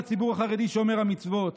לציבור החרדי שומר המצוות.